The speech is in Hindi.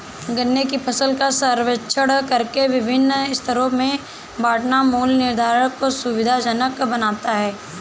गन्ने की फसल का सर्वेक्षण करके विभिन्न स्तरों में बांटना मूल्य निर्धारण को सुविधाजनक बनाता है